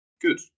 good